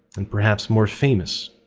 and perhaps more famous.